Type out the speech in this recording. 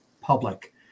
public